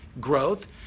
Growth